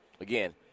again